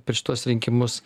per šituos rinkimus